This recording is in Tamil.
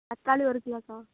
தக்காளி ஒரு கிலோக்கா